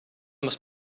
must